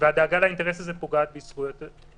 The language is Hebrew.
והדאגה לאינטרס הזה פוגעת בזכויות אדם.